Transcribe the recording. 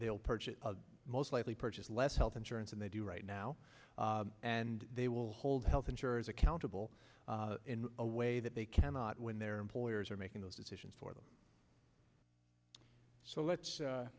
they will purchase most likely purchase less health insurance and they do right now and they will hold health insurers accountable in a way that they cannot when their employers are making those decisions for them so let's